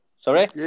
Sorry